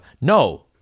no